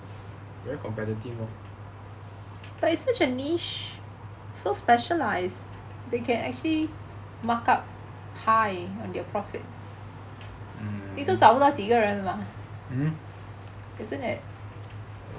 very competitive